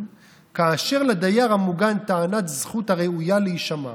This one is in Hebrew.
כאשר לדייר המוגן טענת זכות הראויה להישמע.